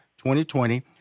2020